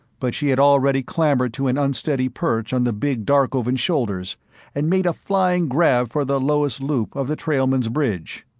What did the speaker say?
but she had already clambered to an unsteady perch on the big darkovan's shoulders and made a flying grab for the lowest loop of the trailmen's bridge.